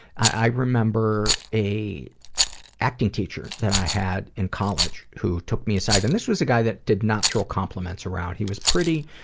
i remember a acting teaching that i had in college who took me aside and this was a guy that did not throw compliments around, he was pretty,